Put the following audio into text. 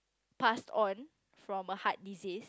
pass on from a heart disease